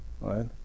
Right